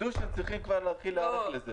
תקנה 4 אושרה, כולל שתי הפסקאות (א) ו-(ב).